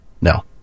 No